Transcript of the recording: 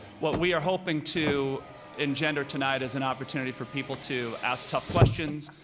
what we are hoping to engender tonight is an opportunity for people to ask tough questions,